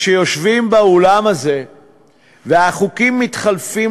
כשיושבים באולם הזה והחוקים מתחלפים